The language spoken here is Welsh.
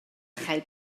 chael